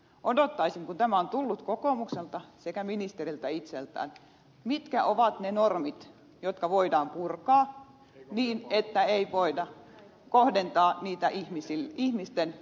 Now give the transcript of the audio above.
odottaisin sitä kun tämä on tullut kokoomukselta sekä ministeriltä itseltään mitkä ovat ne normit jotka voidaan purkaa niin että ei voida kohdentaa niitä ihmisten palveluihin